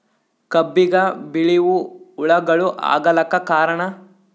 ಕಬ್ಬಿಗ ಬಿಳಿವು ಹುಳಾಗಳು ಆಗಲಕ್ಕ ಕಾರಣ?